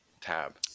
tab